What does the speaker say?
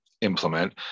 implement